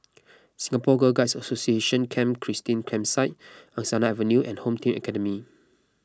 Singapore Girl Guides Association Camp Christine Campsite Angsana Avenue and Home Team Academy